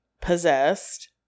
possessed